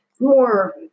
more